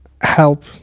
help